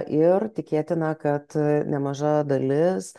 ir tikėtina kad nemaža dalis